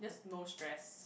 no stress